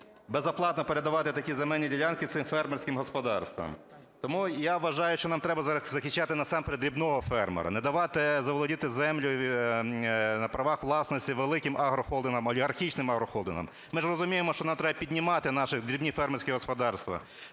безоплатно передавати такі земельні ділянки цим фермерським господарствам. Тому я вважаю, що нам треба зараз захищати насамперед дрібного фермера, не давати заволодіти землями на правах власності великим агрохолдингам, олігархічним агрохолдингам. Ми ж розуміємо, що нам треба піднімати наші дрібні фермерські господарства,